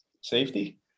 Safety